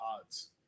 odds